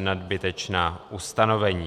nadbytečná ustanovení.